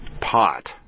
pot